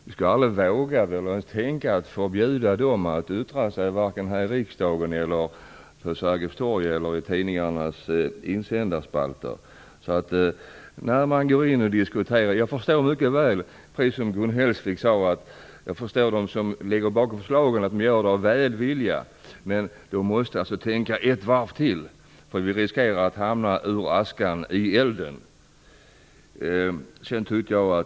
Jag skulle aldrig våga eller ens tänka på att förbjuda dem att yttra sig, vare sig här i riksdagen, på Sergels torg eller i tidningarnas insändarspalter. Jag förstår mycket väl, precis som Gun Hellsvik sade, att de som ligger bakom förslagen gör det av välvilja. Men de måste tänka ett varv till, för vi riskerar att hamna ur askan i elden.